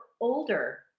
older